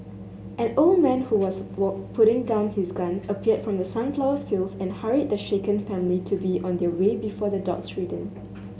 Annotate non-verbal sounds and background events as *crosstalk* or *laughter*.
an old man who was *unintelligible* putting down his gun appeared from the sunflower fields and hurried the shaken family to be on their way before the dogs return